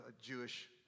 Jewish